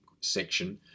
section